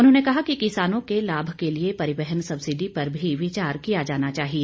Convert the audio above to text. उन्होंने कहा कि किसानों के लाभ के लिए परिवहन सब्सीडी पर भी विचार किया जाना चाहिए